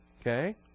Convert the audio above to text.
Okay